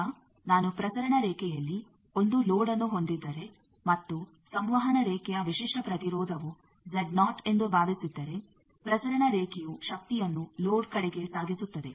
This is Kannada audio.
ಈಗ ನಾನು ಪ್ರಸರಣ ರೇಖೆಯಲ್ಲಿ ಒಂದು ಲೋಡ್ಅನ್ನು ಹೊಂದಿದ್ದರೆ ಮತ್ತು ಸಂವಹನ ರೇಖೆಯ ವಿಶಿಷ್ಟ ಪ್ರತಿರೋಧವು ಎಂದು ಭಾವಿಸಿದ್ದರೆ ಪ್ರಸರಣ ರೇಖೆಯು ಶಕ್ತಿಯನ್ನು ಲೋಡ್ ಕಡೆಗೆ ಸಾಗಿಸುತ್ತದೆ